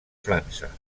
frança